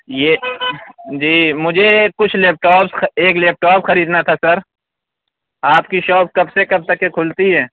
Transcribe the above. یہ جی مجھے کچھ لیپ ٹاپ ایک لیپ ٹاپ خریدنا تھا سر آپ کی شاپ کب سے کب تک کے کُھلتی ہے